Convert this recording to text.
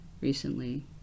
recently